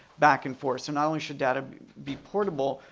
back and forth. so not only should data be portable,